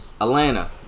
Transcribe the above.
Atlanta